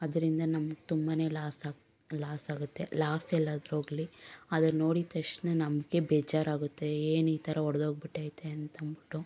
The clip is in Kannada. ಅದರಿಂದ ನಮ್ಗೆ ತುಂಬನೇ ಲಾಸಾಗಿ ಲಾಸಾಗತ್ತೆ ಲಾಸ್ ಎಲ್ಲಾದರೂ ಹೋಗಲಿ ಅದನ್ನ ನೋಡಿದ ತಕ್ಷಣ ನಮಗೆ ಬೇಜಾರಾಗುತ್ತೆ ಏನು ಈ ಥರ ಒಡೆದೋಗ್ಬಿಟ್ಟೈತೆ ಅಂತಂದ್ಬಿಟ್ಟು